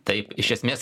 taip iš esmės